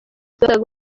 yakundaga